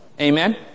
Amen